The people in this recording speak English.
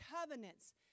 covenants